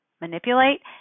manipulate